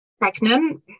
pregnant